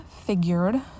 figured